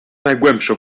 najgłębszą